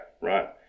right